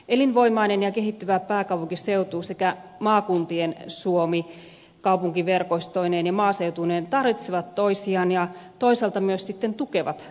elinvoimainen ja kehittyvä pääkaupunkiseutu sekä maakuntien suomi kaupunkiverkostoineen ja maaseutuineen tarvitsevat toisiaan ja toisaalta sitten myös tukevat toisiaan